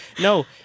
No